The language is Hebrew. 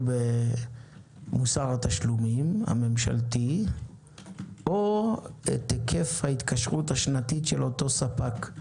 במוסר התשלומים הממשלתי או את היקף ההתקשרות השנתית של אותו ספק.